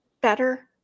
better